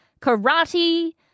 Karate